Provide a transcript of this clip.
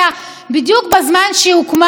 בדיוק בזמן שהיא הוקמה,